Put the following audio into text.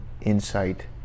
insight